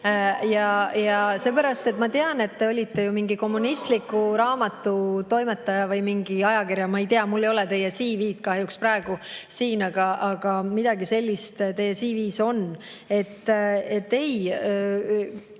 vahele.). Ja ma tean, et te olite mingi kommunistliku raamatu toimetaja või mingi ajakirja – ma ei tea, mul ei ole teie CV-d kahjuks praegu siin, aga midagi sellist teie CV-s on. Teie